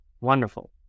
wonderful